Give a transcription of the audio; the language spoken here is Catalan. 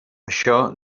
això